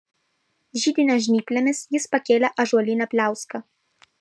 židinio žnyplėmis jis pakėlė ąžuolinę pliauską